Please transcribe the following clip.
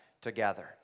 together